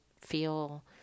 feel